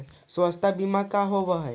स्वास्थ्य बीमा का होव हइ?